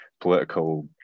political